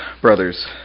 brothers